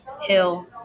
Hill